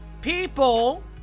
people